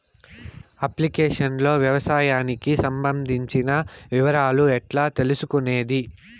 Application లో వ్యవసాయానికి సంబంధించిన వివరాలు ఎట్లా తెలుసుకొనేది?